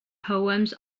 poems